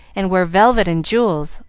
and wear velvet and jewels,